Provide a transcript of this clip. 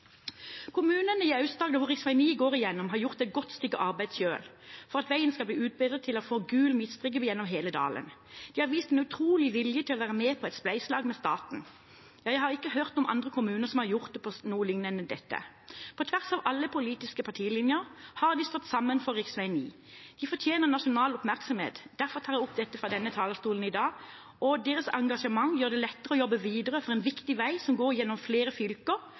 Kommunene i Aust-Agder hvor rv. 9 går igjennom, har gjort et godt stykke arbeid selv for at veien skal bli utbedret og få gul midtstripe gjennom hele dalen. De har vist en utrolig vilje til å være med på et spleiselag med staten. Ja, jeg har ikke hørt om andre kommuner som har gjort noe liknende. På tvers av alle politiske partilinjer har de stått sammen for rv. 9. Det fortjener nasjonal oppmerksomhet. Derfor tar jeg opp dette fra denne talerstolen i dag. Deres engasjement gjør det lettere å jobbe videre for en viktig vei som går gjennom flere fylker,